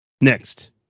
Next